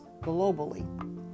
globally